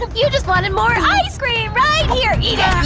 you just wanted more ice cream, right here, eat